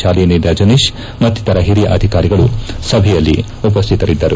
ಶಾಲಿನಿ ರಜನೀಶ್ ಮತ್ತಿತರ ಹಿರಿಯ ಅಧಿಕಾರಿಗಳು ಸಭೆಯಲ್ಲಿ ಉಪಸ್ಥಿತರಿದ್ದರು